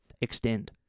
Extend